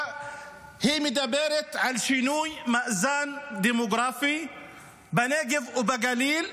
היא מדברת על שינוי מאזן דמוגרפי בנגב ובגליל,